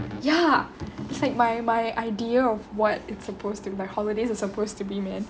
ya it's like my my idea of what it's supposed to my holidays are supposed to be man